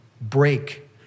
break